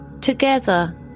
Together